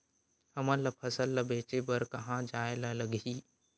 हमन ला फसल ला बेचे बर कहां जाये ला लगही?